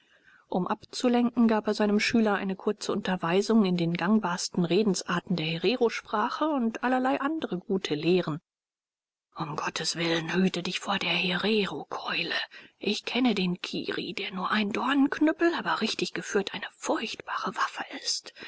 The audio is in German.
um abzulenken gab er seinem schüler eine kurze unterweisung in den gangbarsten redensarten der hererosprache und allerlei andere gute lehren um gottes willen hüte dich vor der hererokeule ich kenne den kirri der nur ein dornenknüppel aber richtig geführt eine furchtbare waffe ist